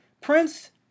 Prince